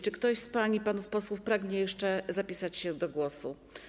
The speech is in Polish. Czy ktoś z pań i panów posłów pragnie jeszcze zapisać się do głosu?